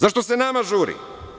Zašto se nama žuri?